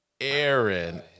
Aaron